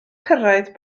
cyrraedd